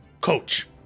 Coach